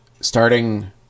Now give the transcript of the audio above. starting